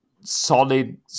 solid